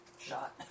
shot